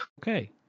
Okay